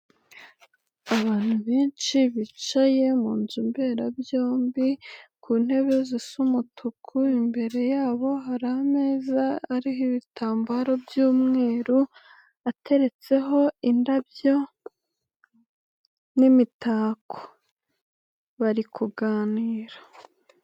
Abantu benshi bicaye mu nzu mberabyombi ku ntebe zisa umutuku imbere yabo hari ameza ariho ibitambaro by'umweru ateretseho indabyo n'imitako bari kuganira.